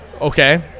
Okay